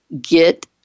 get